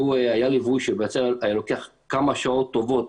שהיה ליווי שהיה לוקח כמה שעות טובות,